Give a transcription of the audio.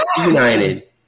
United